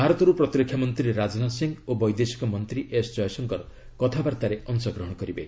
ଭାରତରୁ ପ୍ରତିରକ୍ଷାମନ୍ତ୍ରୀ ରାଜନାଥ ସିଂହ ଓ ବୈଦେଶିକ ମନ୍ତ୍ରୀ ଏସ୍ଜୟଶଙ୍କର କଥାବାର୍ତ୍ତାରେ ଅଂଶଗ୍ରହଣ କରିବେ